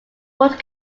would